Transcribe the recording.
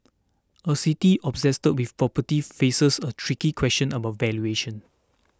a city obsessed with property faces a tricky question about valuation